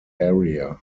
area